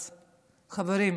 אז חברים,